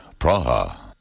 Praha